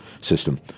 system